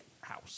house